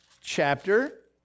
chapter